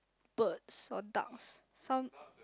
birds or ducks some